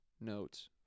notes